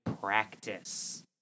practice